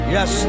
Yes